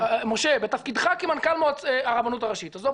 בתפקידך כמנכ"ל הרבנות הראשית עזוב